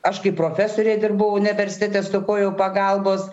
aš kaip profesorė dirbau universitete stokojau pagalbos